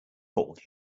called